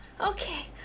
Okay